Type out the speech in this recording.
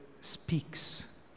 speaks